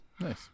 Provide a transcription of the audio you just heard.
Nice